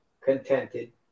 contented